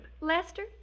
Lester